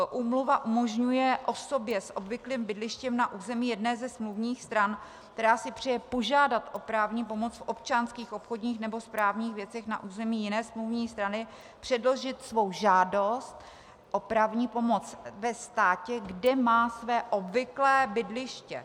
Úmluva umožňuje osobě s obvyklým bydlištěm na území jedné ze smluvních stran, která si přeje požádat o právní pomoc v občanských, obchodních nebo v právních věcech na území jiné smluvní strany, předložit svou žádost o právní pomoc ve státě, kde má své obvyklé bydliště.